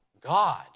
God